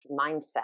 mindset